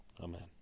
Amen